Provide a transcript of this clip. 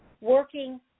working